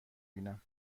بینم